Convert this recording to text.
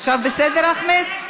עכשיו בסדר, אחמד?